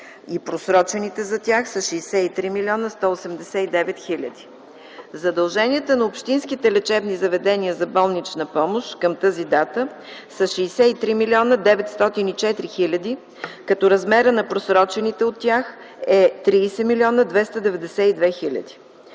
просрочените от тях са 63 млн. 189 хил. Задълженията на общинските лечебни заведения за болнична помощ към тази дата са 63 млн. 904 хил., като размерът на просрочените от тях е 30 млн. 292 хил.